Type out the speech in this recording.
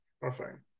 Perfect